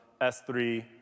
S3